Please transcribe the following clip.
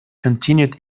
continued